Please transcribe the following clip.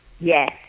Yes